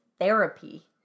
therapy